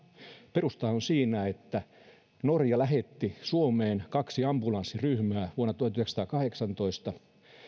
perusta on siinä että norja lähetti suomeen kaksi ambulanssiryhmää vuonna tuhatyhdeksänsataakahdeksantoista